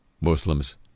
Muslims